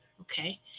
okay